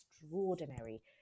extraordinary